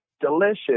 delicious